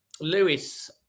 lewis